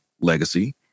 legacy